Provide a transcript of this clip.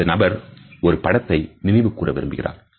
அந்த நபர் ஒருபடத்தை நினைவு கூற விரும்புகிறார்